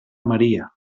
maria